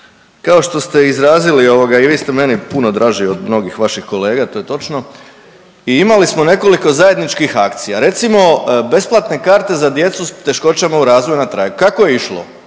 kao što ste izrazili i vi ste meni puno draži od mnogih vaših kolega, to je točno i imali smo nekoliko zajedničkih akcija. Recimo besplatne karte za djecu s teškoćama u razvoju. Kako je išlo?